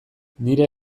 nire